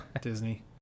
Disney